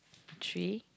three